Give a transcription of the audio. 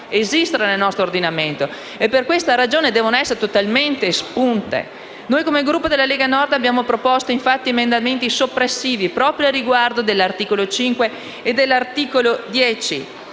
esistere nel nostro ordinamento e per questa ragione devono essere totalmente espunte. Noi, come Gruppo della Lega Nord, abbiamo proposto infatti emendamenti soppressivi proprio riguardo agli articoli 5 e 10.